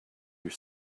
your